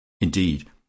Indeed